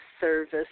service